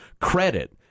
credit